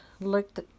looked